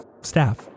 staff